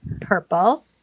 purple